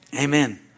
Amen